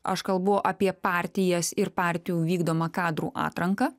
aš kalbu apie partijas ir partijų vykdomą kadrų atranką